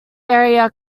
area